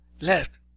left